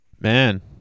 Man